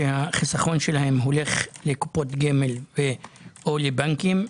שהחיסכון שלהם הולך לקופות גמל או לבנקים,